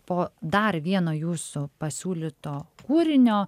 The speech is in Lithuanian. po dar vieno jūsų pasiūlyto kūrinio